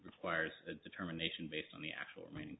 requires a determination based on the actual